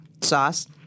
sauce